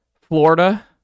Florida